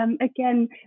again